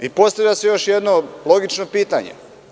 Postavlja se još jedno logično pitanje.